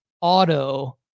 auto